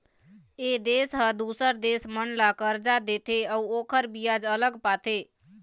ए देश ह दूसर देश मन ल करजा देथे अउ ओखर बियाज अलग पाथे